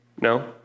No